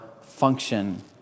function